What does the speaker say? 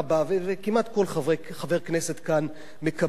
כמעט כל חבר כנסת כאן מקבל,